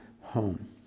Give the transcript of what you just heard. home